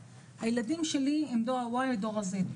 הילדים שלי הם דור ה-Y ודור ה-Z,